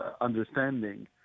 understanding